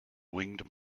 winged